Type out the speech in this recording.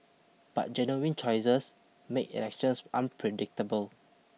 but genuine choices make elections unpredictable